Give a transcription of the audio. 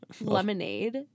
Lemonade